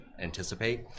anticipate